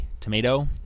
tomato